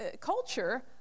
culture